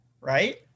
right